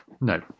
No